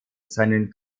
seinen